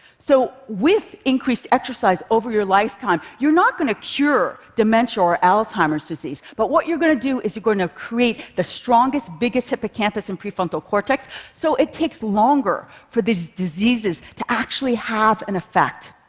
so with increased exercise over your lifetime, you're not going to cure dementia or alzheimer's disease, but what you're going to do is you're going to create the strongest, biggest hippocampus and prefrontal cortex so it takes longer for these diseases to actually have an effect.